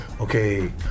okay